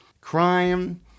crime